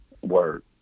Word